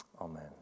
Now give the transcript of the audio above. Amen